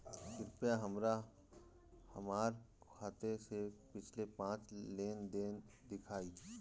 कृपया हमरा हमार खाते से पिछले पांच लेन देन दिखाइ